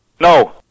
No